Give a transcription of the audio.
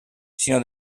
sinó